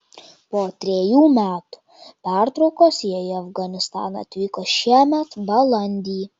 po trejų metų pertraukos jie į afganistaną atvyko šiemet balandį